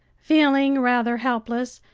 feeling rather helpless,